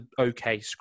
okay